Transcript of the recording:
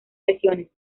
lesiones